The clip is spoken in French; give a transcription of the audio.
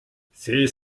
ces